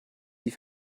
die